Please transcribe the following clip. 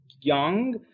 young